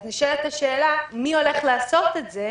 אז נשאלת השאלה: מי הולך לעשות את זה?